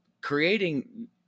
creating